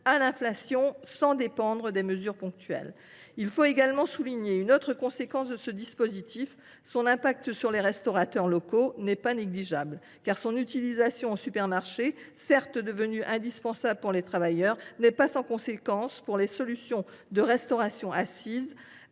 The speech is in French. à l’inflation sans dépendre de mesures ponctuelles. Il faut souligner une autre conséquence de ce dispositif : son impact sur les restaurateurs locaux n’est pas négligeable. En effet, son utilisation en supermarché, certes devenue indispensable pour les travailleurs, n’est pas sans conséquence pour les solutions de restauration assise,